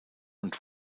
und